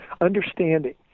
Understanding